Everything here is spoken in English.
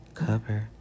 cover